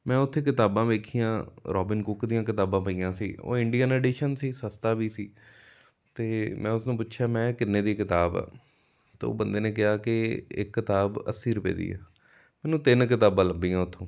ਮੈਂ ਉੱਥੇ ਕਿਤਾਬਾਂ ਵੇਖੀਆਂ ਰੋਬਿਨ ਕੁੱਕ ਦੀਆਂ ਕਿਤਾਬਾਂ ਪਈਆਂ ਸੀ ਉਹ ਇੰਡੀਅਨ ਐਡੀਸ਼ਨ ਸੀ ਸਸਤਾ ਵੀ ਸੀ ਅਤੇ ਮੈਂ ਉਸਨੂੰ ਪੁੱਛਿਆ ਮੈਂ ਇਹ ਕਿੰਨੇ ਦੀ ਕਿਤਾਬ ਆ ਤਾਂ ਉਹ ਬੰਦੇ ਨੇ ਕਿਹਾ ਕਿ ਇੱਕ ਕਿਤਾਬ ਅੱਸੀ ਰੁਪਏ ਦੀ ਹੈ ਮੈਂਨੂੰ ਤਿੰਨ ਕਿਤਾਬਾਂ ਲੱਭੀਆਂ ਉੱਥੋਂ